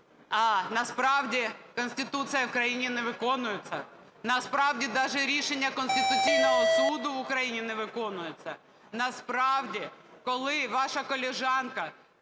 А, насправді, Конституція в країні не виконується. Насправді, даже рішення Конституційного Суду України не виконується. Насправді, коли ваша колежанка